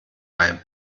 ein